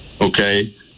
okay